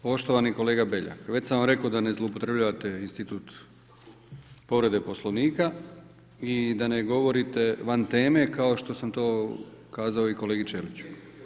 Poštovani kolega Beljak, već sam vam rekao da ne zloupotrebljavate institut povrede Poslovnika i da ne govorite van teme kao što sam to kazao i kolegi Ćeliću.